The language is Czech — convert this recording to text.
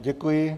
Děkuji.